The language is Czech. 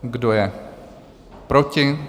Kdo je proti?